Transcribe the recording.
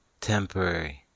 temporary